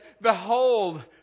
Behold